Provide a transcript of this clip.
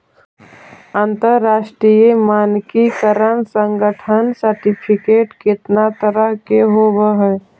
अंतरराष्ट्रीय मानकीकरण संगठन सर्टिफिकेट केतना तरह के होब हई?